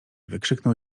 wykrzyknął